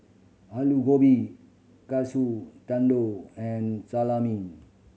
Alu Gobi Katsu Tendon and Salami